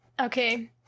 okay